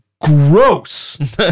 gross